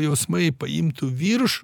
jausmai paimtų viršų